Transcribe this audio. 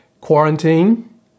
Quarantine